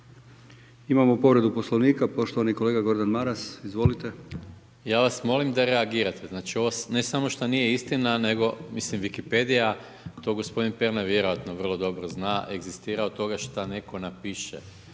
Imamo povredu Poslovnika poštovani kolega Gordan Maras. Izvolite. **Maras, Gordan (SDP)** Ja vas molim da reagirate. Znači, ovo ne samo što nije istina, nego mislim Wikipedija to gospodin Pernar vjerojatno vrlo dobro zna egzistira od toga što netko napiše